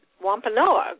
Wampanoag